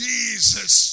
Jesus